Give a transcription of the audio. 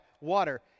water